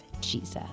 Jesus